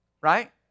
Right